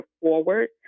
forward